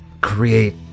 create